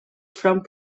front